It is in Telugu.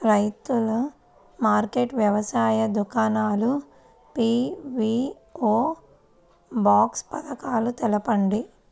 రైతుల మార్కెట్లు, వ్యవసాయ దుకాణాలు, పీ.వీ.ఓ బాక్స్ పథకాలు తెలుపండి?